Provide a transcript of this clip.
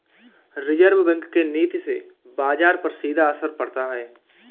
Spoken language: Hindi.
रिज़र्व बैंक के नीति से बाजार पर सीधा असर पड़ता है